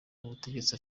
ubutegetsi